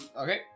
Okay